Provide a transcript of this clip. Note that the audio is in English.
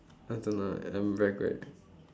I don't know I'm very glad